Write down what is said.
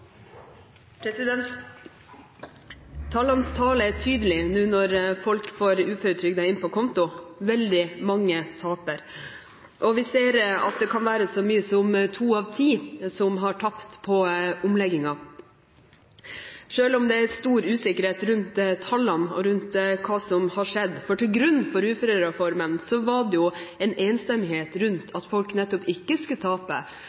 tydelig når folk nå får uføretrygden inn på konto. Veldig mange taper. Vi ser at det kan være så mange som to av ti som har tapt på omleggingen, selv om det er stor usikkerhet rundt tallene og rundt hva som har skjedd. Til grunn for uførereformen lå det en enstemmighet om at folk ikke skulle tape,